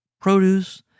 produce